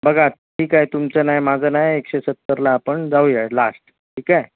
बघा ठीक आहे तुमचं नाही माझं नाही एकशे सत्तरला आपण जाऊया लाष्ट ठीक आहे